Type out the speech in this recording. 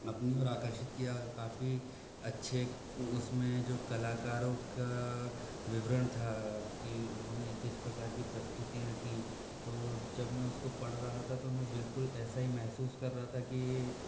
अपनी ओर आकर्षित किया काफ़ी अच्छे उसमें जो कलाकारों का विवरण था कि उन्होंने जिस प्रकार की प्रस्तुतियाँ की तो जब मैं उसको पढ़ रहा था तो मैं बिल्कुल ऐसा ही महसूस कर रहा था कि